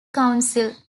council